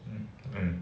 hmm mm